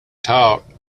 talk